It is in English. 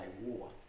War